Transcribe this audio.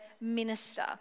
minister